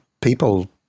people